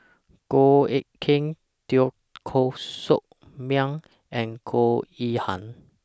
Goh Eck Kheng Teo Koh Sock Miang and Goh Yihan